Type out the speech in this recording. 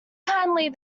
kindly